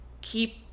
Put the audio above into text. keep